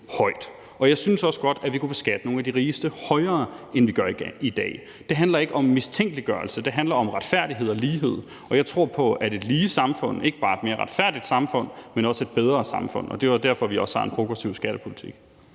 højt, og jeg synes også godt, at vi kunne beskatte nogle af de rigeste højere, end vi gør i dag. Det handler ikke om mistænkeliggørelse; det handler om retfærdighed og lighed. Og jeg tror på, at et lige samfund ikke bare er et mere retfærdigt samfund, men også et bedre samfund. Og det er derfor, vi også har en progressiv skattepolitik.